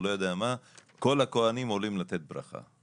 או לא יודע מה, כל הכהנים עולים לתת ברכה.